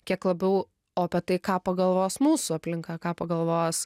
kiek labiau o apie tai ką pagalvos mūsų aplinka ką pagalvos